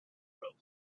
growth